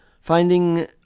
Finding